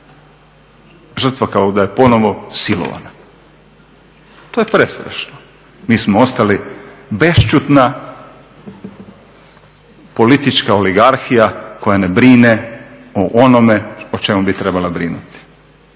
žrtva kao da je ponovno silovana. To je prestrašno. Mi smo ostali bešćutna politička preambula koja ne brine o onome o čemu bi trebala brinuti,